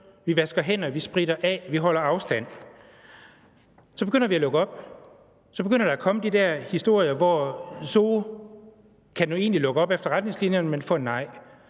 Vi vasker hænder, vi spritter af, vi holder afstand. Så begynder vi at lukke op, og så begynder der at komme de der historier, hvor Zoo egentlig kan lukke op efter retningslinjerne, men får nej.